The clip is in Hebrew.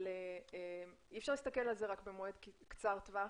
אבל אי אפשר להסתכל על זה רק במועד קצר טווח